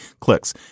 clicks